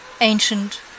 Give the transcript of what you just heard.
Ancient